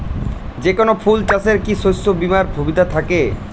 যেকোন ফুল চাষে কি শস্য বিমার সুবিধা থাকে?